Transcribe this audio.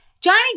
Johnny